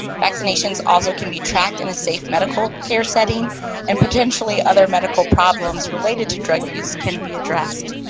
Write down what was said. vaccinations also can be tracked in a safe medical care setting and potentially other medical problems related to drug use can be addressed.